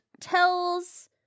tells